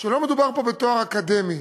שלא מדובר פה בתואר אקדמי